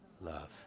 Love